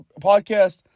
podcast